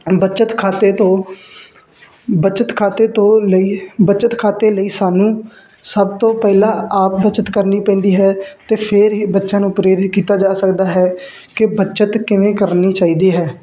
ਬੱਚਤ ਖਾਤੇ ਤੋਂ ਬੱਚਤ ਖਾਤੇ ਤੋਂ ਲਈ ਬੱਚਤ ਖਾਤੇ ਲਈ ਸਾਨੂੰ ਸਭ ਤੋਂ ਪਹਿਲਾਂ ਆਪ ਬੱਚਤ ਕਰਨੀ ਪੈਂਦੀ ਹੈ ਅਤੇ ਫਿਰ ਹੀ ਬੱਚਿਆਂ ਨੂੰ ਪ੍ਰੇਰਿਤ ਕੀਤਾ ਜਾ ਸਕਦਾ ਹੈ ਕਿ ਬੱਚਤ ਕਿਵੇਂ ਕਰਨੀ ਚਾਹੀਦੀ ਹੈ